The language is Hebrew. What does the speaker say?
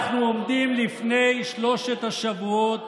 אנחנו עומדים לפני שלושת השבועות